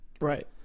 Right